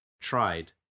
tried